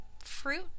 fruit